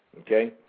okay